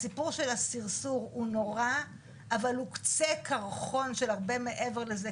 הסיפור של הסרסור הוא נורא אבל הוא קצה קרחון של הרבה מעבר לזה,